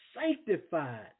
sanctified